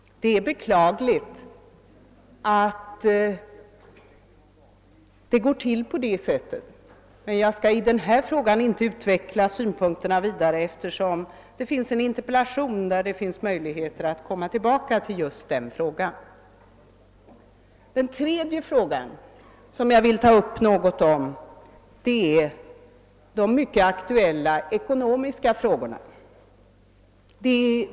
Det är beklagligt att det går till på detta sätt, men jag skall inte utveckla mina synpunkter vidare, eftersom det föreligger en interpellation i ämnet och det alltså finns möjlighet att komma tillbaka till frågan. Den tredje saken som jag vill något beröra gäller de ekonomiska förhållandena.